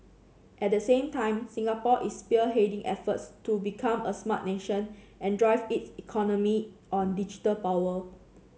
at the same time Singapore is spearheading efforts to become a Smart Nation and drive its economy on digital power